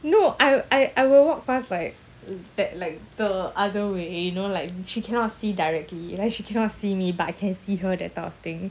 no I I I will walk past like that like the other way you know like she cannot see directly you know she cannot see me but I can see her that type of thing